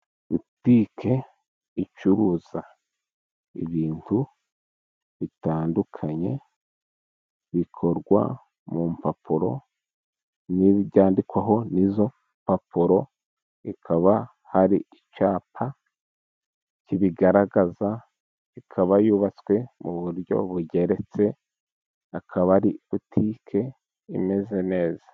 Butike icuruza ibintu bitandukanye bikorwa mu mpapuro, n'ibyandikwaho n'izo mpapuro hakaba hari icyapa kibigaragaza, ikaba yubatswe mu buryo bugeretse hakaba ari butike imeze neza.